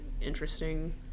interesting